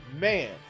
man